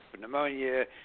pneumonia